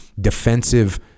defensive